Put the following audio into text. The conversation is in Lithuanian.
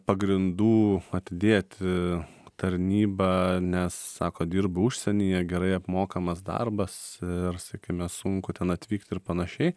pagrindų atidėti tarnybą nes sako dirbu užsienyje gerai apmokamas darbas ir sakime sunku ten atvykt ir panašiai